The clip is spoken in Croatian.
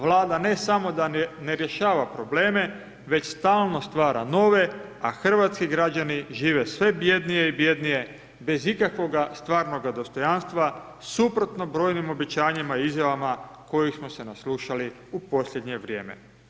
Vlada ne samo da ne rješava probleme, već stalno stvara nove, a hrvatski građani žive sve bjednije i bjednije, bez ikakvoga stvarnoga dostojanstva, suprotno brojnim obećanjima i izjavama kojih smo se naslušali u posljednje vrijeme.